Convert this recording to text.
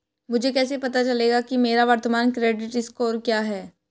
मुझे कैसे पता चलेगा कि मेरा वर्तमान क्रेडिट स्कोर क्या है?